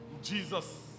Jesus